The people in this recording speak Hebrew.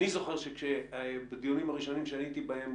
אני זוכר שבדיונים הראשונים שהייתי בהם,